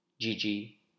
Gigi